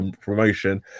promotion